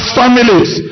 families